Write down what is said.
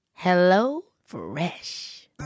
HelloFresh